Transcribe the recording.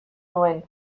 nuen